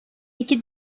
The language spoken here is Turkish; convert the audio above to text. iki